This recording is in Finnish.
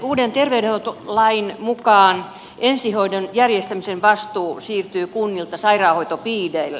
uuden terveydenhuoltolain mukaan ensihoidon järjestämisen vastuu siirtyy kunnilta sairaanhoitopiireille